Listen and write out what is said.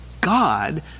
God